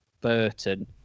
Burton